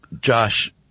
Josh